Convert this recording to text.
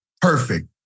perfect